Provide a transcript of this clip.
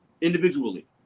individually